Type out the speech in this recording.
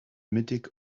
mittig